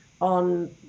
on